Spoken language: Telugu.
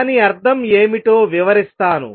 దాని అర్థం ఏమిటో వివరిస్తాను